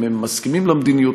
אם הם מסכימים למדיניות,